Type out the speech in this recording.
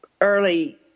early